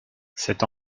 cet